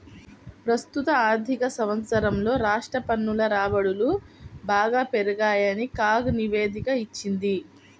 ప్రస్తుత ఆర్థిక సంవత్సరంలో రాష్ట్ర పన్నుల రాబడులు బాగా పెరిగాయని కాగ్ నివేదిక ఇచ్చింది